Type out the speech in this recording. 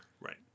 Right